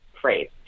phrase